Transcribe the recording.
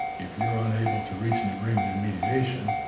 if you are unable to reach an agreement in mediation,